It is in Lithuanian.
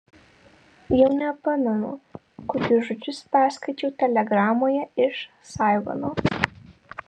jau nepamenu kokius žodžius perskaičiau telegramoje iš saigono